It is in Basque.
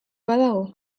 badago